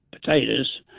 potatoes